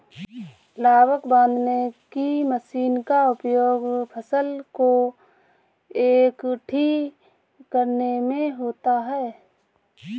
लावक बांधने की मशीन का उपयोग फसल को एकठी करने में होता है